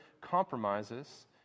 compromises